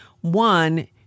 one